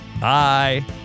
Bye